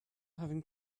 having